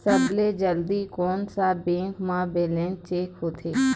सबसे जल्दी कोन सा बैंक म बैलेंस चेक होथे?